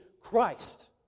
Christ